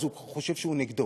אז הוא חושב שהוא נגדו.